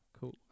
Cool